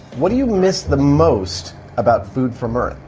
what do you miss the most about food from earth?